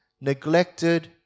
neglected